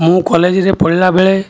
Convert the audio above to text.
ମୁଁ କଲେଜରେ ପଢ଼ିଲା ବେଳେ